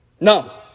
No